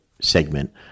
segment